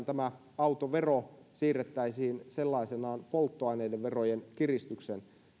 tämä autovero siirrettäisiin sellaisenaan polttoaineiden verojen kiristykseen arvoisa puhemies